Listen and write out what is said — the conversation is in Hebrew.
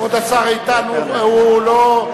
כבוד השר איתן, הוא לא,